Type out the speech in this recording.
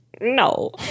No